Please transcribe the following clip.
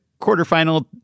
quarterfinal